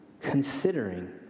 considering